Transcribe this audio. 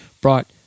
brought